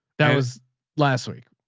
that was last week.